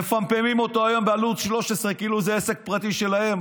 מפמפמים אותו היום בערוץ 13 כאילו זה עסק פרטי שלהם.